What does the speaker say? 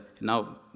now